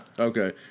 okay